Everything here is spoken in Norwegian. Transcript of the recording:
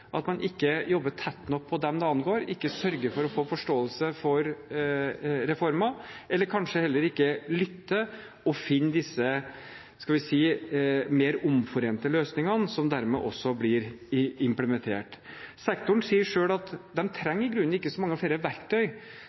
at man ikke jobber tett nok på dem det angår, ikke sørger for å få forståelse for reformer eller kanskje heller ikke lytter og finner disse mer omforente løsningene som dermed også blir implementert. Sektoren sier selv at de trenger i grunnen ikke så mange flere verktøy.